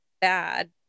bad